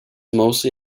mostly